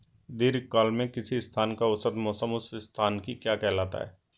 दीर्घकाल में किसी स्थान का औसत मौसम उस स्थान की क्या कहलाता है?